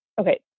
okay